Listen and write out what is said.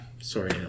sorry